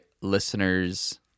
listeners